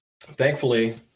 Thankfully